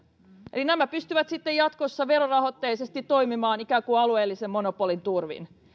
eli nämä pystyvät sitten jatkossa verorahoitteisesti toimimaan ikään kuin alueellisen monopolin turvin